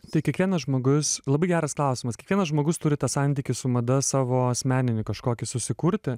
tai kiekvienas žmogus labai geras klausimas kiekvienas žmogus turi tą santykį su mada savo asmeninį kažkokį susikurti